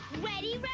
ready,